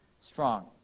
strong